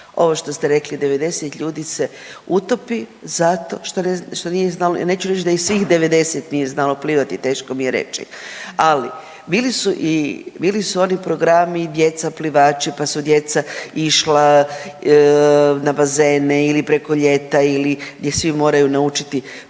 Ovo što ste rekli, 90 ljudi se utopi zato što nije znalo, neću reći da ih svih 90 nije znalo plivati, teško mi je reći, ali bili su i, bili su oni programi djeca plivači pa su djeca išla na bazene ili preko ljeta ili gdje svi moraju naučiti plivati,